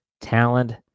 Talent